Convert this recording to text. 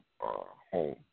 home